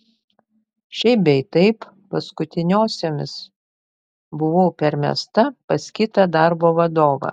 šiaip bei taip paskutiniosiomis buvau permesta pas kitą darbo vadovą